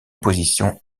opposition